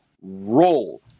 roll